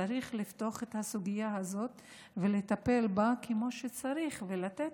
צריך לפתוח את הסוגיה הזאת ולטפל בה כמו שצריך ולתת